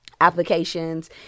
applications